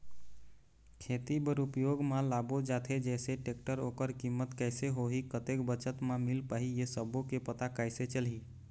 खेती बर उपयोग मा लाबो जाथे जैसे टेक्टर ओकर कीमत कैसे होही कतेक बचत मा मिल पाही ये सब्बो के पता कैसे चलही?